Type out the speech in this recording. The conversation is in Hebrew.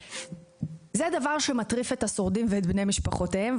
זה דבר שמטריף את השורדים ואת בני משפחותיהם,